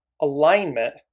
alignment